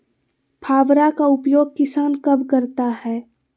फावड़ा का उपयोग किसान कब करता है?